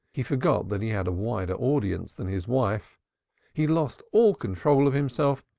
he forgot that he had a wider audience than his wife he lost all control of himself,